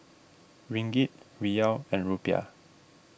Ringgit Riyal and Rupiah